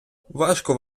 важко